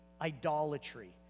idolatry